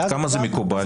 עד כמה זה מקובל?